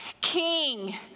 King